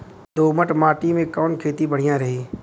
दोमट माटी में कवन खेती बढ़िया रही?